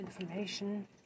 information